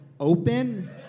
Open